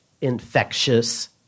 infectious